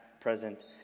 present